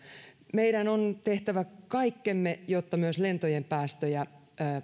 meidän on tehtävä kaikkemme jotta myös lentojen päästöjä